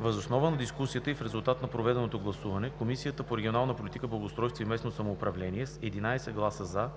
Въз основа на дискусията и в резултат на проведеното гласуване Комисията по регионална политика, благоустройство и местно самоуправление с 11 „за“,